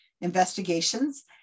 investigations